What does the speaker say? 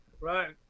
Right